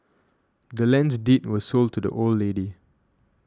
the land's deed was sold to the old lady